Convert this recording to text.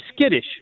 skittish